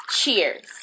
cheers